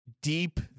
deep